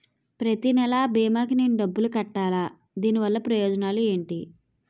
ప్రతినెల అ భీమా కి నేను డబ్బు కట్టాలా? దీనివల్ల ప్రయోజనాలు ఎంటి?